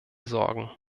sorgen